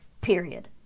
period